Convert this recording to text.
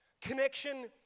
connection